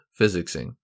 physicsing